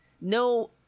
no